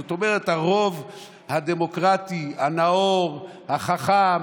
זאת אומרת, הרוב הדמוקרטי, הנאור, החכם